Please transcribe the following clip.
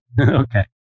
Okay